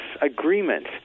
agreement